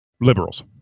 liberals